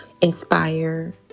inspire